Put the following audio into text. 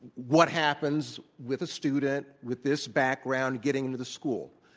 what happens with a student with this background getting into the school.